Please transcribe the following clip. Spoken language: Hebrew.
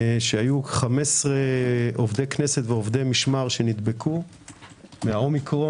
שהיו 15 עובדי כנסת ועובדי משמר שנדבקו מהאומיקרון,